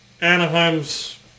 Anaheim's